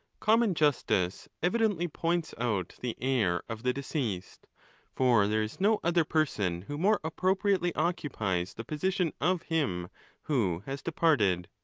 common justice evidently points out the heir of the deceased for there is no other person who more appropriately occupies the position of him who has departed.